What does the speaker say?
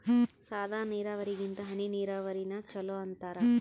ಸಾದ ನೀರಾವರಿಗಿಂತ ಹನಿ ನೀರಾವರಿನ ಚಲೋ ಅಂತಾರ